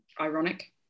Ironic